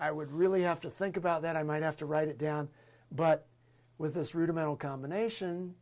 i would really have to think about that i might have to write it down but with this rudimental combination